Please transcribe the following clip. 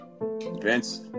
Vince